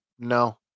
no